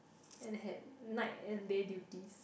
and had night and day duties